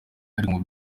ariko